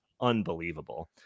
unbelievable